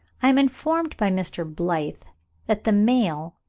i am informed by mr. blyth that the male,